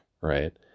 right